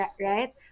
right